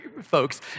folks